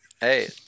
Hey